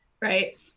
right